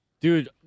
Dude